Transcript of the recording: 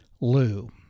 Lou